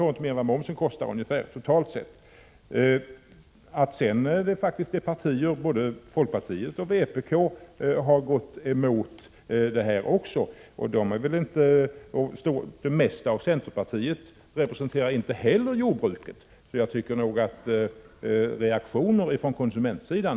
Både folkpartiet och vpk har också gått emot en sänkning av matsubventionerna. De representerar väl inte jordbruket, och det gör inte heller de flesta av centerpartisterna. Jag tycker nog att det har kommit reaktioner från konsumentsidan.